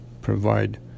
provide